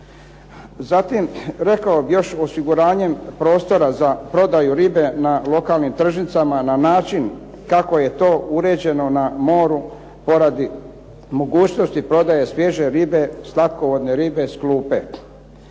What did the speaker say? Zatim, još osiguranjem prostora za prodaju ribe na lokalnim tržnicama na način kako je to uređeno na moru poradi mogućnosti prodaje svježe ribe, slatkovodne ribe s klupe.